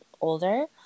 older